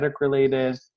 related